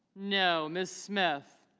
no. mr. smith